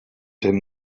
him